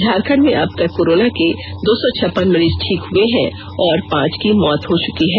झारखंड में अब तक कोरोना के दो सौ छप्पन मरीज ठीक हुए हैं और पांच की मौत हो चुकी है